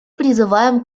призываем